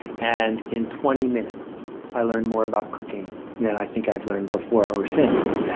and in twenty minutes i learned more about cooking than i think i've learned before or since. yeah